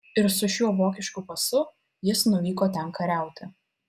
ir su šiuo vokišku pasu jis nuvyko ten kariauti